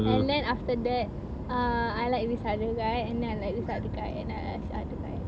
and then after that err I like this other guy and then I like this other guy and I like this other guy